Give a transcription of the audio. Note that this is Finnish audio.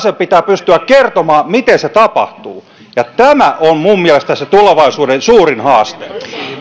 jokaiselle pitää pystyä kertomaan miten se tapahtuu ja tämä on minun mielestäni se tulevaisuuden suurin haaste